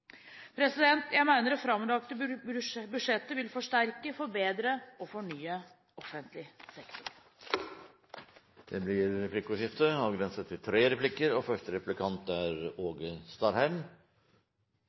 Jeg mener det framlagte budsjettet vil forsterke, forbedre og fornye offentlig sektor. Det blir replikkordskifte. For kort tid sidan var statsråden i Stortinget og